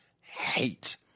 hate